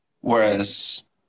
Whereas